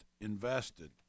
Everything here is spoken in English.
invested